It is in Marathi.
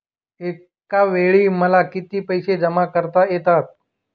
एकावेळी मला किती पैसे जमा करता येतात?